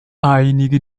einige